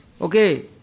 Okay